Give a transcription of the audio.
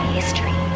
history